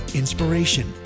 inspiration